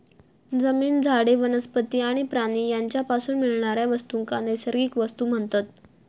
जमीन, झाडे, वनस्पती आणि प्राणी यांच्यापासून मिळणाऱ्या वस्तूंका नैसर्गिक वस्तू म्हणतत